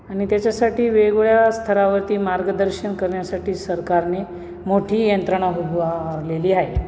आणि त्याच्यासाठी वेगवेळ्या स्थरावरती मार्गदर्शन करण्यासाठी सरकारने मोठी यंत्रणा उभारलेली आहे